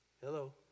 hello